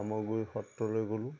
সামগুৰি সত্ৰলৈ গ'লোঁ